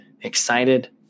excited